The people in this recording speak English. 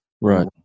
Right